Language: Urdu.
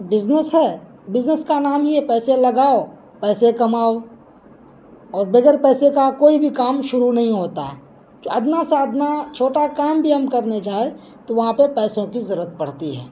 بزنس ہے بزنس کا نام ہی ہے پیسے لگاؤ پیسے کماؤ اور بغیر پیسے کا کوئی بھی کام شروع نہیں ہوتا جو ادنیٰ سا ادنیٰ چھوٹا کام بھی ہم کرنے جائے تو وہاں پہ پیسوں کی ضرورت پڑتی ہے